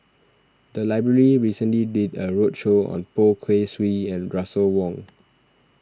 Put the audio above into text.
the library recently did a roadshow on Poh Kay Swee and Russel Wong